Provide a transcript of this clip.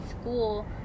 school